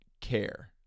care